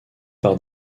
par